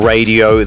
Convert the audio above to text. Radio